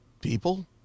people